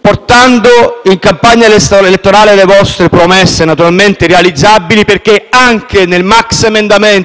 portando in campagna elettorale le vostre promesse, naturalmente irrealizzabili, perché anche nel maxiemendamento che voterete in quest'Aula